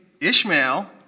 Ishmael